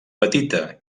petita